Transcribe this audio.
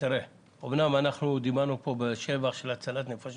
אמנם דיברנו כאן בשבח של הצלת נפשות